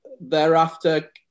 thereafter